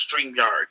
StreamYard